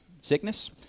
sickness